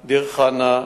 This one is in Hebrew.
דיר-חנא,